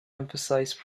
emphasise